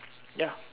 ya